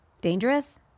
Dangerous